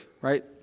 right